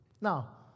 Now